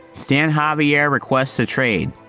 stan javier requests to trade,